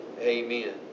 Amen